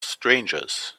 strangers